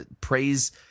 praise